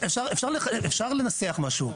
אפשר לנסח משהו.